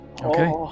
Okay